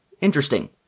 Interesting